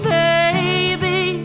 baby